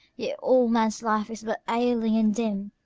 yet all man's life is but ailing and dim,